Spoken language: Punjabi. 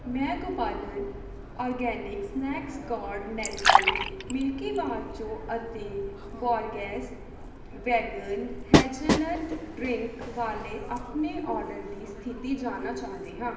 ਮੈਂ Gopaalan organic snake gourd Nestle Milkybar choco ਅਤੇ ਬੋਰਗੇਸ ਵੇਗਨ ਹੇਜ਼ਲਨਟ ਡਰਿੰਕ ਵਾਲੇ ਆਪਣੇ ਆਰਡਰ ਦੀ ਸਥਿਤੀ ਜਾਣਨਾ ਚਾਹੁੰਦੀ ਹਾਂ